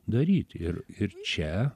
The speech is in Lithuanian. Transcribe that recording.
daryt ir ir čia